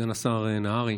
סגן השר נהרי,